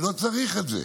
לא צריך את זה.